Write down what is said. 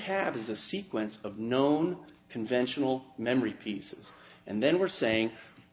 have is a sequence of known conventional memory pieces and then we're saying